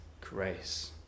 grace